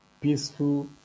peaceful